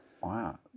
Wow